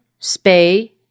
spay